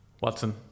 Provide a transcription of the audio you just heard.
Watson